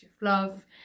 love